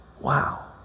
Wow